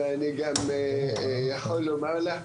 אבל אני גם יכול לומר לך